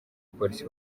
polisi